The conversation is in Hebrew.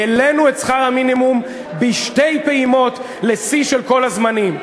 העלינו את שכר המינימום בשתי פעימות לשיא של כל הזמנים,